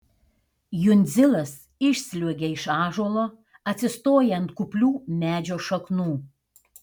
jundzilas išsliuogia iš ąžuolo atsistoja ant kuplių medžio šaknų